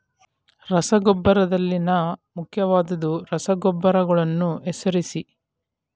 ರಸಗೊಬ್ಬರದಲ್ಲಿನ ಮುಖ್ಯವಾದ ರಸಗೊಬ್ಬರಗಳನ್ನು ಹೆಸರಿಸಿ?